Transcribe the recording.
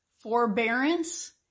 forbearance